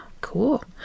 cool